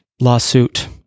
lawsuit